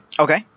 Okay